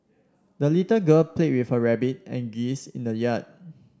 the little girl play with her rabbit and geese in the yard